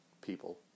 people